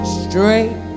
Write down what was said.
straight